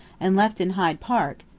and left in hyde park,